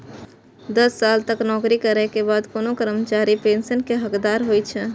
दस साल तक नौकरी करै के बाद कोनो कर्मचारी पेंशन के हकदार होइ छै